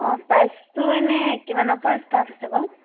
অঁ প্ৰাইচটো এনেই কিমানৰ পৰা ষ্টাৰ্ট হৈছে বাৰু